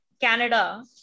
Canada